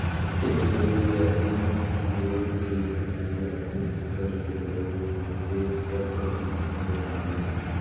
टेकनी ल दुई या तीन गोड़ के बनाए जाथे जेकर ले बरोबेर सब कती सुग्घर माढ़े रहें